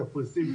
קפריסין,